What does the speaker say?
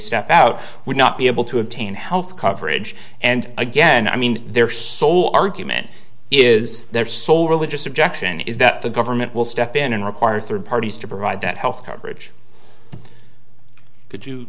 step out would not be able to obtain health coverage and again i mean their sole argument is their sole religious objection is that the government will step in and require third parties to provide that health coverage could you